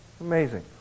Amazing